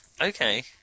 Okay